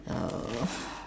uh